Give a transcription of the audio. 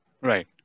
Right